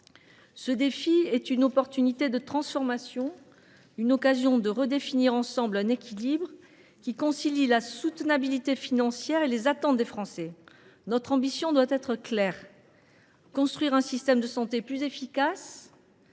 Ce défi est une chance de transformation, une occasion de redéfinir ensemble un équilibre qui concilie la soutenabilité financière et les attentes des Français. Notre ambition doit être claire : construire un système de santé plus efficace,